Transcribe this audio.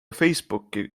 facebooki